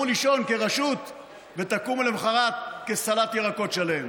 לישון כרשות ותקומו למוחרת כסלט ירקות שלם.